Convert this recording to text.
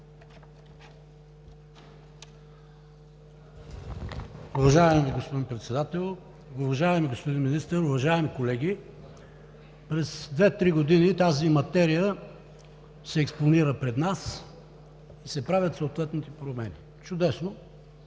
Уважаеми господин Председател, уважаеми господин Министър, уважаеми колеги! През две-три години тази материя се експонира пред нас и се правят съответните промени. Чудесно!